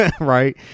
Right